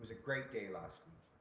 ah great day last week.